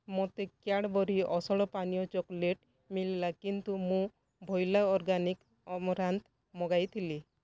ମୋତେ କ୍ୟାଡ଼୍ବରି ଅସଲ ପାନୀୟ ଚକୋଲେଟ୍ ମିଳିଲା କିନ୍ତୁ ମୁଁ ଭୋଇଲା ଅର୍ଗାନିକ୍ ଅମରାନ୍ଥ୍ ମଗାଇଥିଲି